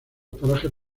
parajes